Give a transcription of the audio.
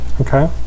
Okay